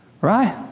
Right